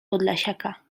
podlasiaka